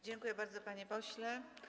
Dziękuję bardzo, panie pośle.